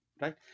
right